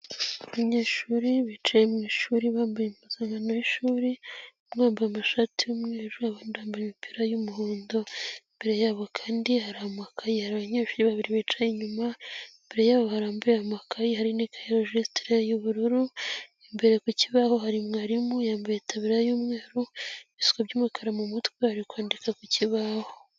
Abanyeshuri bicaye mu ishuri bambaye impuzankano y'ishuri, bamwe yambaye amashati y'umweru, abandi bambaye imipira y'umuhondo, imbere yabo kandi hari amakaye abanyeshuri babiri bicaye inyuma, imbere yabo hari amakaye, hari n'iaye ya rojitiri y'ubururu, imbere ku kibaho hari umwarimu yambaye itaburiya y'umweru, ibisuko by'umukara mu mutwe, ari kwandika ku kibaho.